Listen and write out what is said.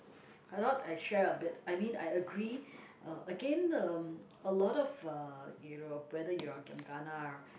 why not I share a bit I mean I agree uh again um a lot of uh you know whether you are giam-gana